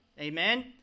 amen